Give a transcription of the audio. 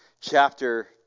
chapter